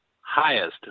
highest